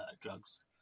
drugs